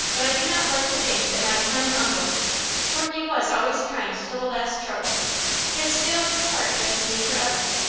but i do not like to think that my kind uncle for he was always kind till the last trouble has steeled his heart against me forever.